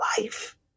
life